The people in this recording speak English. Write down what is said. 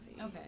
okay